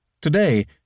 Today